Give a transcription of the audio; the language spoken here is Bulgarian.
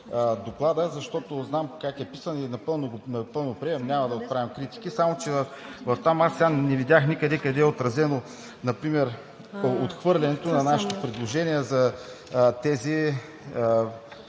Доклада, защото знам как е писан и напълно го приемам, няма да отправям критики, само че в това аз не видях никъде къде е отразено например отхвърлянето на нашето предложение за тези